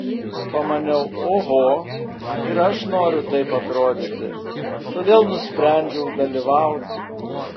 pamaniau oho ir aš noriu taip atrodyti todėl nusprendžiau dalyvauti